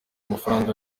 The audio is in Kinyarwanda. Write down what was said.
amafaranga